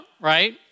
right